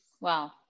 Wow